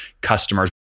customers